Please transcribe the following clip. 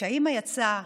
האימא יצאה